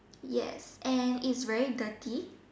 yes and it's very dirty